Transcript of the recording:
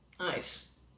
nice